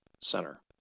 center